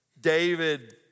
David